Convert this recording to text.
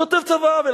כותב צוואה.